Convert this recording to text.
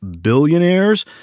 billionaires